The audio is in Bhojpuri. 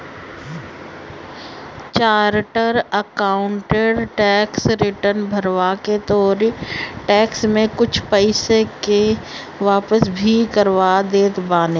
चार्टर अकाउंटेंट टेक्स रिटर्न भरवा के तोहरी टेक्स में से कुछ पईसा के वापस भी करवा देत बाने